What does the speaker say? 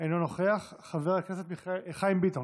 אינו נוכח, חבר הכנסת חיים ביטון,